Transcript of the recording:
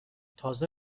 تازه